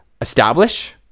establish